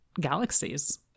galaxies